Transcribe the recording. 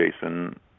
Jason